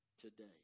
today